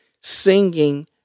singing